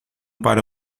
para